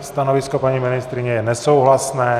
Stanovisko paní ministryně je nesouhlasné.